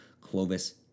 Clovis